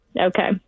Okay